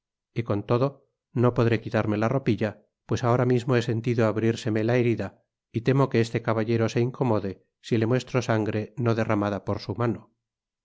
y con todo no podré quitarmela ropilla pues ahora mismo he sentido abrírseme la herida y temo que este caballero se incomodo si le muestro sangre no derramada por su mano